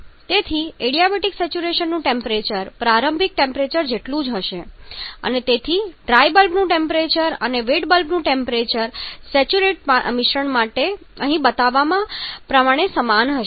તેથી એડીયાબેટિક સેચ્યુરેશનનું ટેમ્પરેચર પ્રારંભિક ટેમ્પરેચર જેટલું જ હશે અને તેથી ડ્રાય બલ્બનું ટેમ્પરેચર અને વેટ બલ્બનું ટેમ્પરેચર સેચ્યુરેટ મિશ્રણ માટે અહીં બતાવ્યા પ્રમાણે સમાન હશે